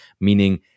meaning